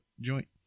joint